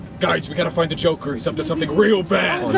guys, we've got to find the joker. he's up to something real bad.